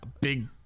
big